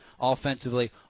offensively